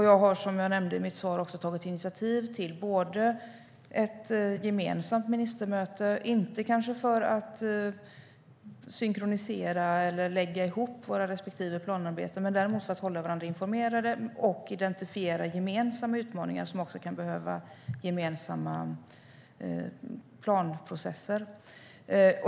Jag har som jag nämnde i mitt svar tagit initiativ till ett gemensamt ministermöte - inte för att synkronisera eller lägga ihop våra respektive planer men för att hålla varandra informerade och identifiera gemensamma utmaningar som kan behöva gemensamma planprocesser.